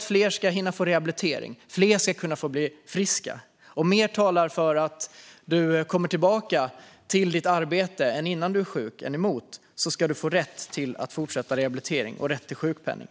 Fler ska hinna få rehabilitering; fler ska kunna bli friska. Om mer talar för än emot att du kommer tillbaka i arbete hos din arbetsgivare ska du få rätt att fortsätta med rehabilitering och rätt till sjukpenning.